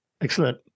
Excellent